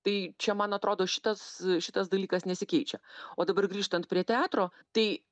tai čia man atrodo šitas šitas dalykas nesikeičia o dabar grįžtant prie teatro tai